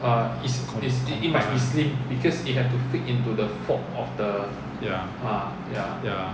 compact lah ya ya